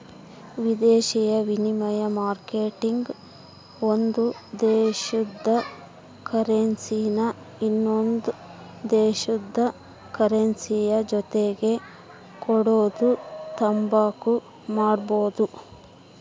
ವಿದೇಶಿ ವಿನಿಮಯ ಮಾರ್ಕೆಟ್ನಾಗ ಒಂದು ದೇಶುದ ಕರೆನ್ಸಿನಾ ಇನವಂದ್ ದೇಶುದ್ ಕರೆನ್ಸಿಯ ಜೊತಿಗೆ ಕೊಡೋದು ತಾಂಬಾದು ಮಾಡ್ಬೋದು